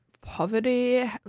poverty